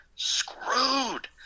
Screwed